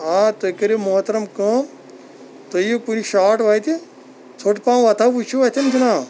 آ تُہۍ کٔرِو محترم کٲم تُہۍ یِیِو کُنہِ شاٹ وَتہِ ژھوٚٹ پَہَم وَتھاہ وٕچھو اَتھٮ۪ن جِناب